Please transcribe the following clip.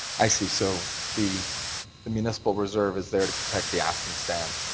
i see. so the municipal reserve is there to protect the aspen stand.